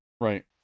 Right